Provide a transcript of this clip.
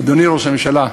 אדוני ראש הממשלה,